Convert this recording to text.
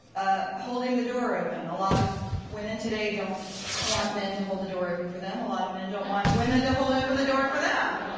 ah holding the door open, a lot of women today don't want men to hold the door open for them, a lot of men don't want women to hold open the door for them.